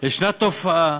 יש תופעה